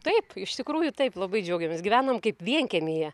taip iš tikrųjų taip labai džiaugiamės gyvenam kaip vienkiemyje